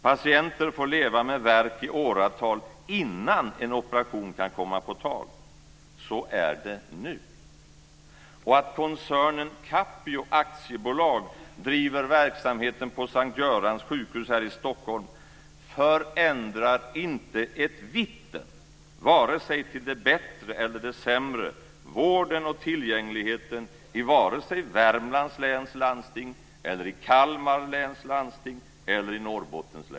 Patienter får leva med värk i åratal innan en operation kan komma på tal. Så är det nu. Att koncernen Capio AB driver verksamheten på S:t Görans sjukhus här i Stockholm förändrar inte ett vitten, vare sig till det bättre eller till det sämre, vården och tillgängligheten i vare sig Värmlands läns landsting, Fru talman!